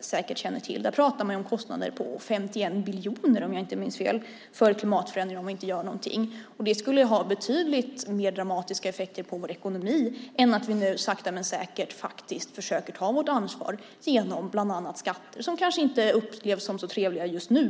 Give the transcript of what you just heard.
säkert till Sternrapporten. Där pratar man om kostnader på 51 biljoner - om jag inte minns fel - för klimatförändring om vi inte gör någonting. Det skulle ha betydligt mer dramatiska effekter på vår ekonomi än att vi nu sakta men säkert försöker ta vårt ansvar genom bland annat skatter som kanske inte upplevs som så trevliga just nu.